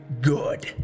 good